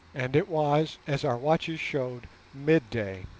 and it was, as our watches showed, midday.